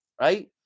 Right